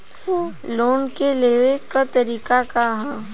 Loan के लेवे क तरीका का ह?